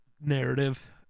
narrative